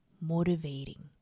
motivating